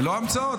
לא המצאות.